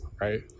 right